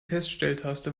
feststelltaste